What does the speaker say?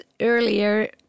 earlier